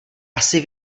asi